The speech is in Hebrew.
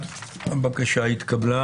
1 נמנעים,